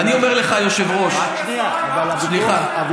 אבל אף אחד לא שאל אותנו.